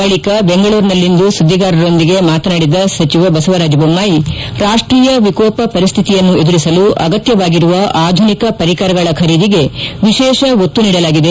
ಬಳಿಕ ಬೆಂಗಳೂರಿನಲ್ಲಿಂದು ಸುದ್ದಿಗಾರರೊಂದಿಗೆ ಮಾತನಾಡಿದ ಸಚಿವ ಬಸವರಾಜ ಬೊಮ್ಮಾಯಿ ರಾಷ್ಟೀಯ ವಿಕೋಪ ಪರಿಸ್ಥಿತಿಯನ್ನು ಎದುರಿಸಲು ಅಗತ್ಯವಾಗಿರುವ ಆಧುನಿಕ ಪರಿಕರಗಳ ಖರೀದಿಗೆ ವಿಶೇಷ ಒತ್ತು ನೀಡಲಾಗಿದೆ